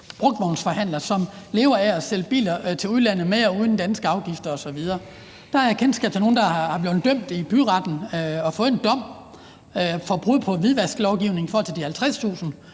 brugtvognsforhandler, som lever af at sælge biler til udlandet med og uden danske afgifter osv., er blevet dømt i byretten og fået en dom for brud på hvidvasklovgivningen i forhold til de 50.000